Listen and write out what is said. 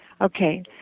Okay